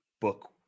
book